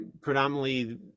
predominantly